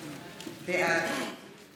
בעד